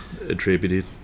attributed